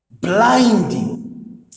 blinding